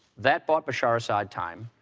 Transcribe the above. that bought bashar assad time.